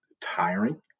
tiring